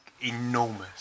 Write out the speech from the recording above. enormous